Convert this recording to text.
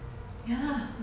ya lah